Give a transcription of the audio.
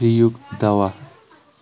free یُک دوا